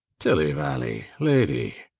tilly-vally lady!